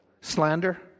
slander